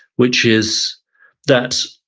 which is that,